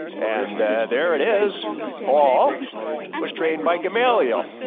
and there it is paul was trained by gamaliel.